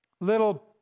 little